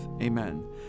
Amen